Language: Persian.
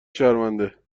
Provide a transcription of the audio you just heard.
شرمنده